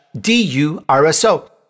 D-U-R-S-O